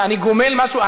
הרי אני גומל משהו,